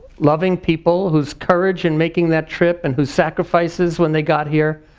loving people whose courage in making that trip and whose sacrifices when they got here,